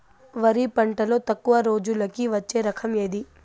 వరి పంటలో తక్కువ రోజులకి వచ్చే రకం ఏది?